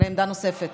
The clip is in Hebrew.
לעמדה נוספת.